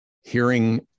hearing